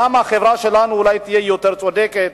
וגם החברה שלנו תהיה אולי יותר צודקת,